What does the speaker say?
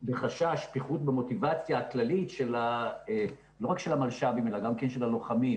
בחשש פיחות במוטיבציה הכללית לא רק של המלש"בים אלא גם כן של הלוחמים,